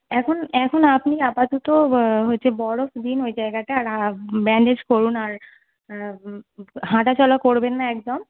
এখন এখন আপনি আপাতত হচ্ছে বরফ দিন ওই জায়গাটা আর আপ ব্যান্ডেজ করুন আর হাঁটা চলা করবেন না একদম